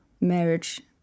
marriage